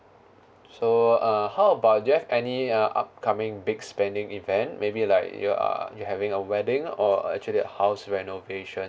so uh how about do you have any uh upcoming big spending event maybe like your uh you're having a wedding or actually a house renovation